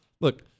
look